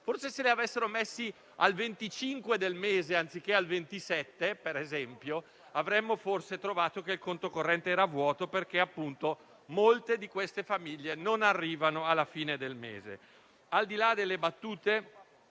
dicembre. Se avessero indicato il 25 del mese, anziché il 27 ad esempio, avremmo forse trovato il conto corrente vuoto perché appunto molte di queste famiglie non arrivano alla fine del mese. Al di là delle battute